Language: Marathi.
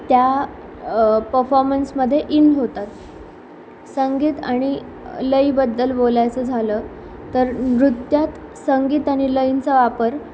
त्या पफॉमन्समध्ये इन होतात संगीत आणि लईबद्दल बोलायचं झालं तर नृत्यात संगीत आणि लईंचा वापर